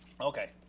Okay